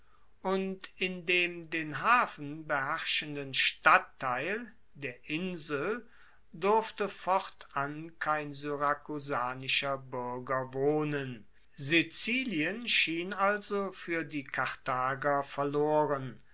und in dem den hafen beherrschenden stadtteil der insel durfte fortan kein syrakusanischer buerger wohnen sizilien schien also fuer die karthager verloren